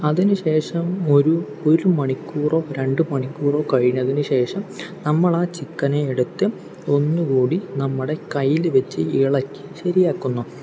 അതിനുശേഷം ഒരു ഒരു മണിക്കൂറോ രണ്ടു മണിക്കൂറോ കഴിഞ്ഞതിനു ശേഷം നമ്മൾ ആ ചിക്കനെയെടുത്ത് ഒന്നുകൂടി നമ്മുടെ കയില് വെച്ച് ഇളക്കി ശരിയാക്കുന്നു